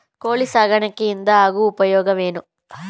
ಕೋಳಿ ಸಾಕಾಣಿಕೆಯಿಂದ ಆಗುವ ಉಪಯೋಗಗಳೇನು?